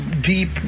deep